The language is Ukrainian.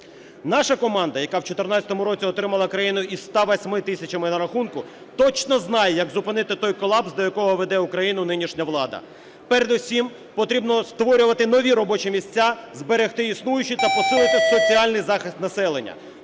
Наша команда, яка у 14-му році отримала країну із 108 тисячами на рахунку, точно знає, як зупинити той колапс, до якого веде Україну нинішня влада. Передусім потрібно створювати нові робочі місця, зберегти існуючі та посилити соціальний захист населення.